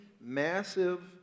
massive